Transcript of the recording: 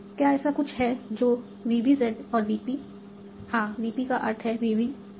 क्या ऐसा कुछ है जो VBZ और VP हाँ VP का अर्थ है VBZ और VP